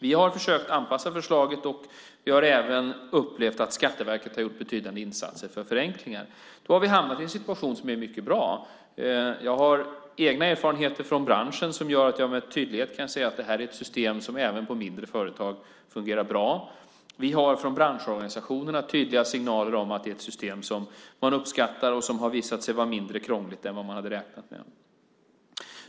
Vi har försökt anpassa förslaget. Vi har även upplevt att Skatteverket har gjort betydande insatser när det gäller förenklingar. Då har vi hamnat i en situation som är mycket bra. Jag har egna erfarenheter från branschen som gör att jag med tydlighet kan säga att det här är ett system som även fungerar bra på mindre företag. Vi har från branschorganisationerna tydliga signaler om att det är ett system som man uppskattar och som har visat sig vara mindre krångligt än vad man hade räknat med.